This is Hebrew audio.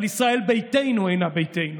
אבל ישראל ביתנו אינה ביתנו.